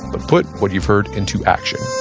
but put what you've heard into action